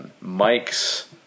mike's